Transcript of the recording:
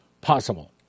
possible